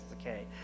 okay